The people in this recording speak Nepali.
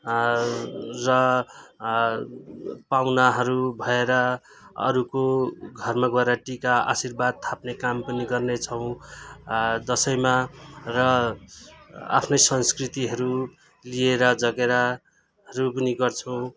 र पाहुनाहरू भएर अरूको घरमा गएर टिका आशीर्वाद थाप्ने काम पनि गर्नेछौँ दसैँमा र आफ्नै संस्कृतिहरू लिएर जगेडाहरू पनि गर्छौँ